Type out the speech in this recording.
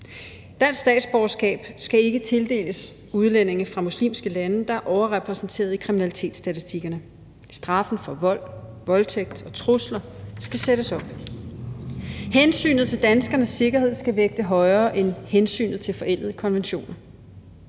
Dansk statsborgerskab skal ikke tildeles udlændinge fra muslimske lande, der er overrepræsenteret i kriminalitetsstatistikkerne. Straffen for vold, voldtægt og trusler skal sættes op. Hensynet til danskernes sikkerhed skal vægte højere end hensynet til forældede konventioner.